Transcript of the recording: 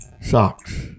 Socks